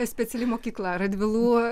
speciali mokykla radvilų